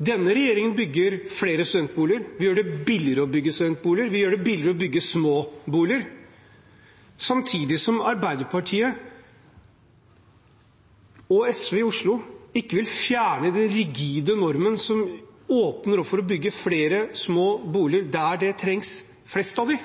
Denne regjeringen bygger flere studentboliger. Vi gjør det billigere å bygge studentboliger, og vi gjør det billigere å bygge små boliger, samtidig som Arbeiderpartiet og SV i Oslo ikke vil fjerne den rigide normen som åpner opp for å bygge flere små boliger der det trengs flest av dem.